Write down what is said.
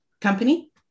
Company